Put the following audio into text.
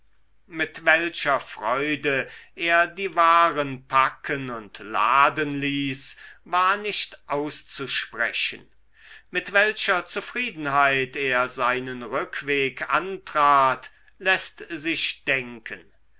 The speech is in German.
mit welcher freude er die waren packen und laden ließ war nicht auszusprechen mit welcher zufriedenheit er seinen rückweg antrat läßt sich denken